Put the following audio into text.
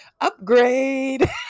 upgrade